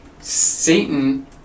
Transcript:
Satan